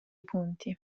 punti